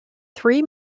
three